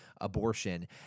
abortion